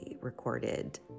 recorded